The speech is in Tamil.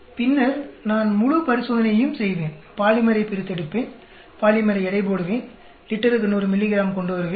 பின்னர் நான் முழு பரிசோதனையையும் செய்வேன் பாலிமரைப் பிரித்தெடுப்பேன் பாலிமரை எடைபோடுவேன் லிட்டருக்கு 100 மில்லிகிராம் கொண்டு வருவேன்